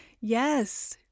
Yes